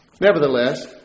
Nevertheless